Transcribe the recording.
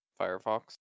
Firefox